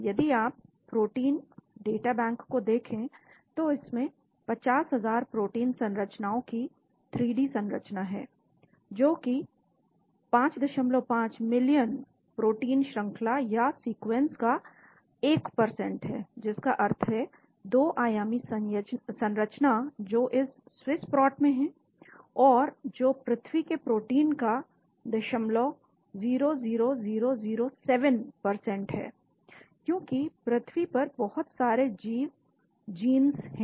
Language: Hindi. यदि आप प्रोटीन डाटा बैंक को देखें तो इसमें 50000 प्रोटीन संरचनाओं की 3 डी संरचना है जो कि 55 मिलियन प्रोटीन श्रंखला या सीक्वेंस का 1 है जिसका अर्थ है 2 आयामी संरचना जो इस स्विस्प्रोट में हैं और जो पृथ्वी के प्रोटीन का 000007 है क्योंकि पृथ्वी पर बहुत सारे जीव जींस हैं